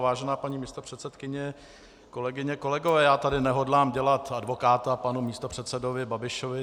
Vážená paní místopředsedkyně, kolegyně, kolegové, já tady nehodlám dělat advokáta panu místopředsedovi Babišovi.